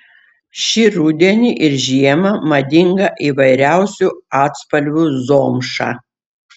šį rudenį ir žiemą madinga įvairiausių atspalvių zomša